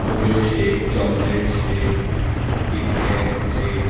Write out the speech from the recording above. oreo shake chocolate shake KitKat shake